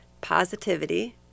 positivity